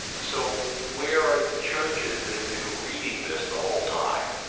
so, where are the churches that have been reading this the whole time?